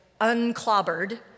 Unclobbered